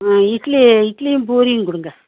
ம் இட்லி இட்லியும் பூரியும் கொடுங்க